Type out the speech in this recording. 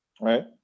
Right